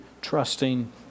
trusting